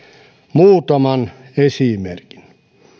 muutaman esimerkin